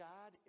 God